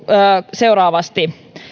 seuraavasti